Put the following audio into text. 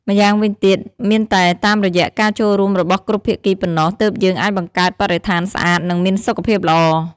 ម្យ៉ាងវិញទៀត មានតែតាមរយៈការចូលរួមរបស់គ្រប់ភាគីប៉ុណ្ណោះ ទើបយើងអាចបង្កើតបរិស្ថានស្អាត និងមានសុខភាពល្អ។